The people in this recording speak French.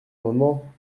amendement